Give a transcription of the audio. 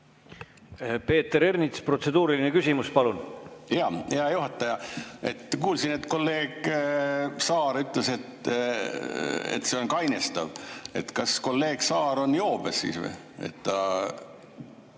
Peeter Ernits, protseduuriline küsimus, palun! Hea juhataja! Kuulsin, et kolleeg Saar ütles, et see on kainestav. Kas kolleeg Saar on joobes või,